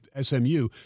SMU